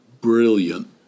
Brilliant